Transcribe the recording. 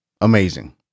Amazing